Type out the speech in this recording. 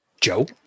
Joe